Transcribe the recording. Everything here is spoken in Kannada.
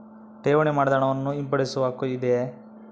ಠೇವಣಿ ಮಾಡಿದ ಹಣವನ್ನು ಹಿಂಪಡೆಯವ ಹಕ್ಕು ಇದೆಯಾ?